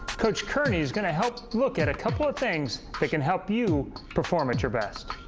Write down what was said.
coach kearney is going to help look at a couple of things that can help you perform at your best.